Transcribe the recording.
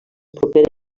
propera